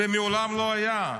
זה מעולם לא היה.